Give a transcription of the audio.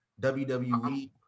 WWE